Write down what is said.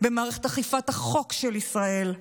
במערכת אכיפת החוק של ישראל,